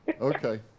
Okay